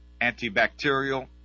antibacterial